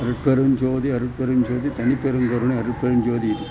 अरुक्करं जोदि अरुप्पेरं जोदि तनिप्पेरं करुणे अरुप्पेरं जोदि इति